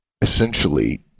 essentially